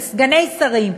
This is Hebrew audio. של סגני שרים,